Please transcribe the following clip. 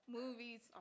movies